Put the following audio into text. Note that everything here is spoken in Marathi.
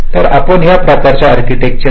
तर आपण या प्रकारच्या आर्किटेक्चर आहे